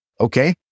Okay